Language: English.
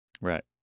Right